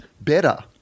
better